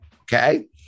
Okay